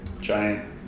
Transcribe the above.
giant